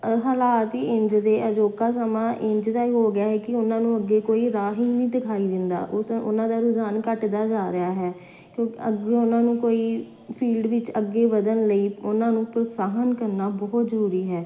ਹਾਲਾਤ ਹੀ ਇੰਝ ਦੇ ਅਜੋਕਾ ਸਮਾਂ ਇੰਝ ਦਾ ਹੀ ਹੋ ਗਿਆ ਹੈ ਕਿ ਉਹਨਾਂ ਨੂੰ ਅੱਗੇ ਕੋਈ ਰਾਹ ਹੀ ਨਹੀਂ ਦਿਖਾਈ ਦਿੰਦਾ ਉਸ ਉਹਨਾਂ ਦਾ ਰੁਝਾਨ ਘੱਟਦਾ ਜਾ ਰਿਹਾ ਹੈ ਕਿਉ ਅੱਗੇ ਉਹਨਾਂ ਨੂੰ ਕੋਈ ਫੀਲਡ ਵਿੱਚ ਅੱਗੇ ਵਧਣ ਲਈ ਉਹਨਾਂ ਨੂੰ ਪ੍ਰੋਤਸਾਹਨ ਕਰਨਾ ਬਹੁਤ ਜ਼ਰੂਰੀ ਹੈ